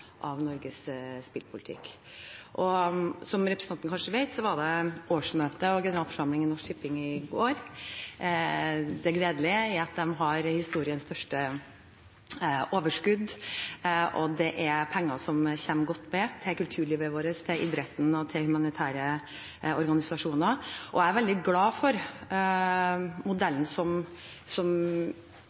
Norges spillpolitikk. Som representanten kanskje vet, var det årsmøte og generalforsamling i Norsk Tipping i går. Det gledelige er at de har historiens første overskudd, og dette er penger som kommer godt med til kulturlivet vårt, til idretten og til humanitære organisasjoner. Jeg er veldig glad for modellen som er nå, som